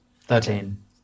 Thirteen